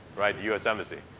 the us embassy.